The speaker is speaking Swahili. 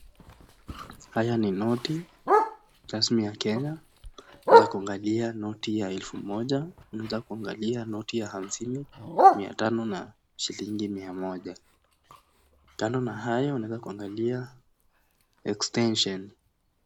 Haya ni noti za taslimu ya Kenya, tunaeza kuangalia ni elfu moja, tunaeza kunagalia noti ya hamsini, mia tano na shilingi mia moja, kando na hayo unaweza kuangalia extension[cs